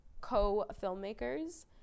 co-filmmakers